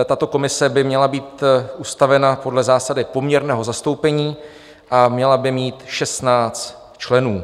Tato komise by měla být ustavena podle zásady poměrného zastoupení a měla by mít 16 členů.